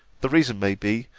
the reason may be,